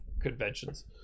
conventions